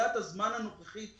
בנקודת הזמן הנוכחית,